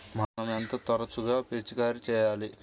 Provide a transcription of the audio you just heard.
మనం ఎంత తరచుగా పిచికారీ చేయాలి?